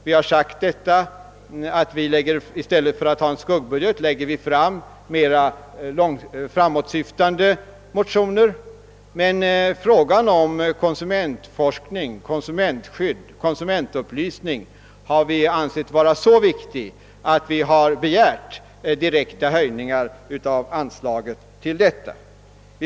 Vi har i stället för en skuggbudget velat lägga fram mera framåtsyftande motioner, men frågan om konsumentforskning, konsumentskydd och konsumentupplysning har vi ansett vara så viktig, att vi har begärt direkta höjningar av anslaget till detta ändamål.